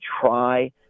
try